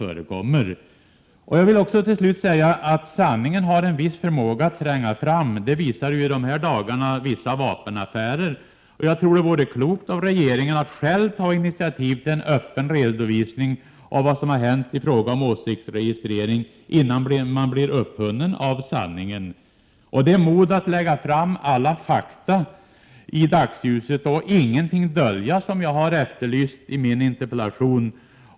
Jag vill till sist också säga att sanningen har en viss förmåga att tränga fram — det visar i dessa dagar vissa vapenaffärer. Jag tror det vore klokt av regeringen att själv ta initiativ till en öppen redovisning av vad som har hänt i fråga om åsiktsregistrering innan man blir upphunnen av sanningen. Det är mod att lägga fram alla fakta i dagsljuset och ingenting dölja som jag har efterlyst i min interpellation.